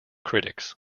critics